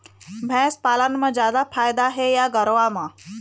भैंस पालन म जादा फायदा हे या गरवा म?